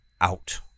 out